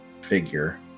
figure